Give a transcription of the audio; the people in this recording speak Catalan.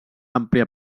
àmplia